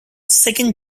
second